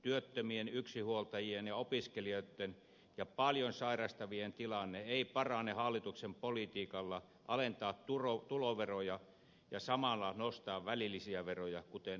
työttömien yksinhuoltajien opiskelijoitten ja paljon sairastavien tilanne ei parane hallituksen politiikalla alentaa tuloveroja ja samalla nostaa välillisiä veroja kuten arvonlisäveroa